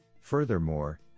Furthermore